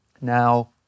Now